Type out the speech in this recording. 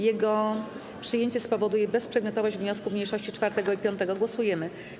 Jego przyjęcie spowoduje bezprzedmiotowość wniosków mniejszości 4. i 5. Głosujemy.